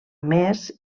més